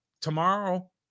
Tomorrow